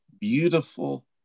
beautiful